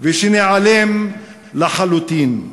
ושניעלם לחלוטין.